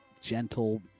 gentle